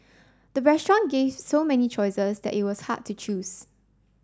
the restaurant gave so many choices that it was hard to choose